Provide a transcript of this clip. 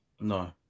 No